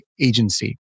agency